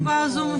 טיפלתי בזה אישית.